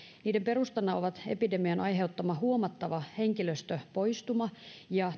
niiden perustana ovat epidemian aiheuttama huomattava henkilöstöpoistuma ja